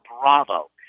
Bravo